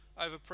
over